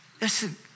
listen